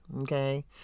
Okay